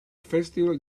festival